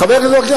חבר הכנסת וקנין,